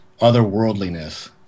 otherworldliness